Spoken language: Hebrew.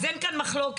אז אין כאן מחלוקת,